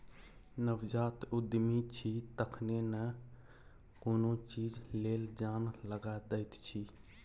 नवजात उद्यमी छी तखने न कोनो चीज लेल जान लगा दैत छी